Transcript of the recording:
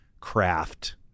craft